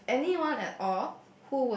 with anyone at all